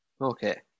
Okay